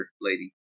lady